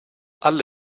alle